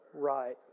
right